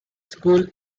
school